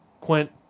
Quint